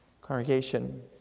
congregation